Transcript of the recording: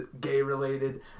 gay-related